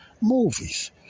movies